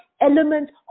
element